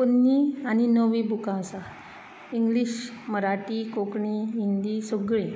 पोन्नीं आनी नवीं बुकां आसात इंग्लीश मराठी कोंकणीं हिंदी सगळीं